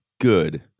good